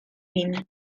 vin